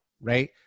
Right